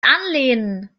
anlehnen